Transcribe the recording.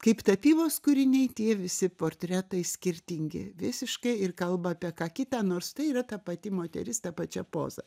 kaip tapybos kūriniai tie visi portretai skirtingi visiškai ir kalba apie ką kitą nors tai yra ta pati moteris ta pačia poza